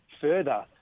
further